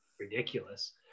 ridiculous